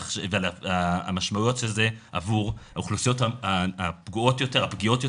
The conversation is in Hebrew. המשמעויות של זה עבור האוכלוסיות הפגיעות יותר,